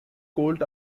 colt